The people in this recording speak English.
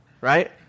right